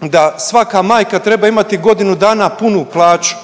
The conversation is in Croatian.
da svaka majka treba imati godinu dana punu plaću,